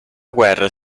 guerra